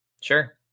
Sure